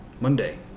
monday